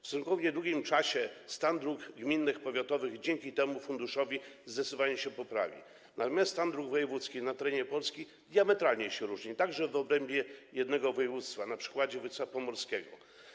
W stosunkowo niedługim czasie stan dróg gminnych, powiatowych dzięki temu funduszowi zdecydowanie się poprawi, natomiast stan dróg wojewódzkich na terenie Polski diametralnie się różni, także w obrębie jednego województwa, np. województwa pomorskiego.